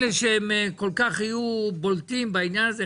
אלה שכל כך יהיו בולטים בעניין הזה,